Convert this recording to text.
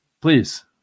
Please